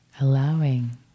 Allowing